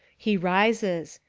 he rises.